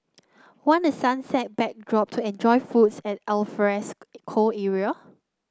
want a sunset backdrop to enjoy foods at alfresco area